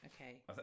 Okay